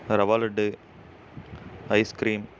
rava laddu ice cream